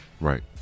right